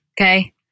Okay